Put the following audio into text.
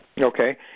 Okay